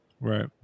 Right